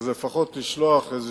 לפחות לשלוח איזה